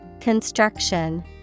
Construction